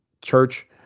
Church